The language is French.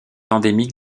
endémique